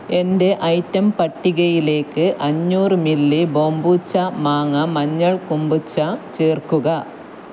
എന്റെ ഐറ്റം പട്ടികയിലേക്ക് അഞ്ഞൂറ് മില്ലി ബോംബൂച്ച മാങ്ങ മഞ്ഞൾ കൊമ്പുച്ച ചേർക്കുക